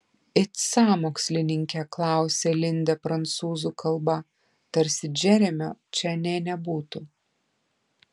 it sąmokslininkė klausia lindė prancūzų kalba tarsi džeremio čia nė nebūtų